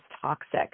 toxic